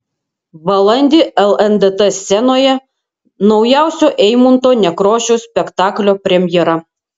balandį lndt scenoje naujausio eimunto nekrošiaus spektaklio premjera